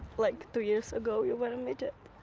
like, three years ago, you were a midget.